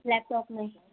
laptop में